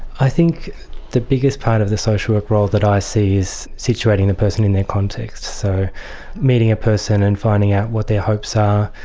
i think the biggest part of the social work world that i see is situating a person in their context. so meeting a person and finding out what their hopes are,